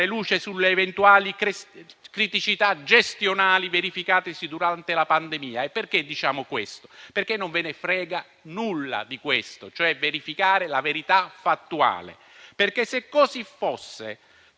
luce sulle eventuali criticità gestionali verificatesi durante la pandemia. Perché diciamo questo? Perché non ve ne frega nulla di verificare la verità fattuale. Se infatti così fosse,